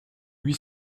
huit